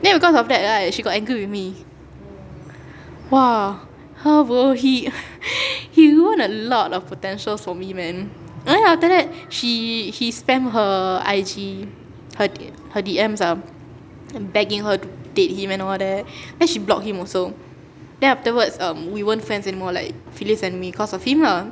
then because of that right she got angry with me !wah! he he ruined a lot of potential for me man then after that he he spam her I_G her her D_Ms ah begging her to date him and all that then she block him also then afterwards um we weren't friends anymore like phyllis and me cause of him lah